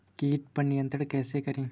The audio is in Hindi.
कीट पर नियंत्रण कैसे करें?